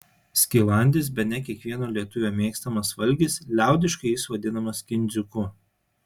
skilandis bene kiekvieno lietuvio mėgstamas valgis liaudiškai jis vadinamas kindziuku